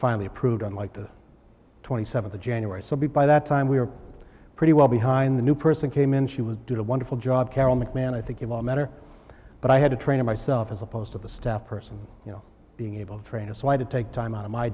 finally approved on like the twenty seventh of january so he by that time we were pretty well behind the new person came in she was did a wonderful job carol mcmahon i think it will matter but i had to train myself as opposed to the staff person you know being able to train a so i did take time out of my